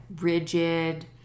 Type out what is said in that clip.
rigid